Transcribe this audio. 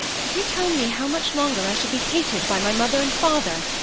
can you tell me how much longer i shall be hated by my mother and father?